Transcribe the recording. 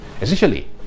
essentially